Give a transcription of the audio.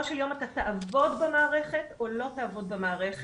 של יום אתה תעבוד במערכת או לא תעבוד במערכת.